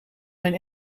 mijn